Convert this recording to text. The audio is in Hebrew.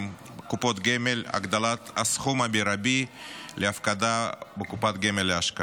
(קופות גמל) (הגדלת הסכום המרבי להפקדה בקופת גמל להשקעה).